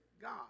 God